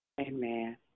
Amen